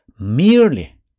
merely